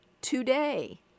today